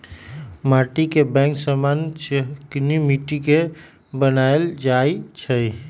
माटीके बैंक समान्य चीकनि माटि के बनायल जाइ छइ